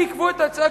עיכבו את ההצעה,